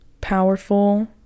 powerful